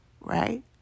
right